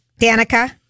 Danica